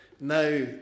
Now